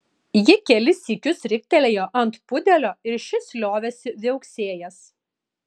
ji kelis sykius riktelėjo ant pudelio ir šis liovėsi viauksėjęs